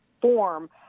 form